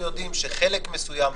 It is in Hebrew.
הוא לשמור על בריאות הציבור,